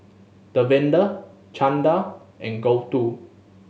Davinder Chanda and Gouthu